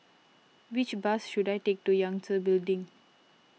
which bus should I take to Yangtze Building